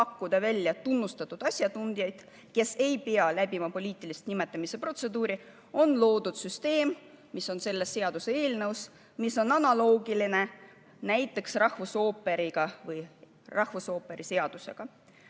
pakkuda välja tunnustatud asjatundjaid, kes ei pea läbima poliitilist nimetamise protseduuri, on loodud süsteem, mis on selles seaduseelnõus. See on analoogiline näiteks rahvusooperi seadusega,